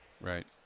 right